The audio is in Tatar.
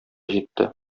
җитте